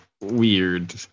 weird